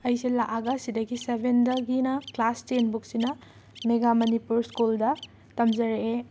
ꯑꯩꯁꯦ ꯂꯥꯛꯑꯒ ꯁꯤꯗꯒꯤ ꯁꯕꯦꯟꯗꯒꯤꯅ ꯀ꯭ꯂꯥꯁ ꯇꯦꯟꯕꯨꯛꯁꯤꯅ ꯃꯦꯒꯥ ꯃꯅꯤꯄꯨꯔ ꯁ꯭ꯀꯨꯜꯗ ꯇꯝꯖꯔꯛꯑꯦ